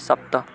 सप्त